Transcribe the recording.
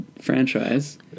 franchise